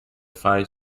five